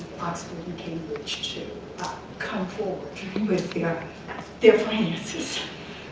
the in cambridge to come forward with their finances.